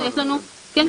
כן,